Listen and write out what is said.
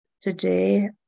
today